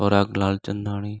Parag Lalchandani